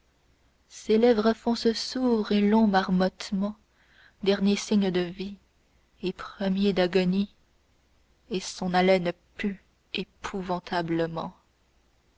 ses lèvres font ce sourd et long marmottement dernier signe de vie et premier d'agonie et son haleine pue épouvantablement